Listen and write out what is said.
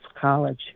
College